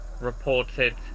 reported